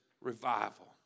revival